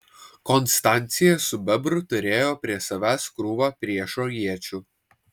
konstancija su bebru turėjo prie savęs krūvą priešo iečių